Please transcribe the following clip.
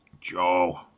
Joe